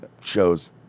shows